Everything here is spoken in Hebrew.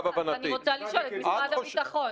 בסדר, אני רוצה לשאול את משרד הביטחון.